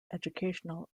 educational